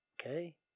Okay